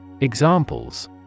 Examples